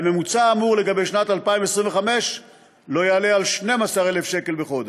והממוצע האמור לגבי שנת 2025 לא יעלה על 12,000 שקל בחודש.